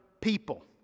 people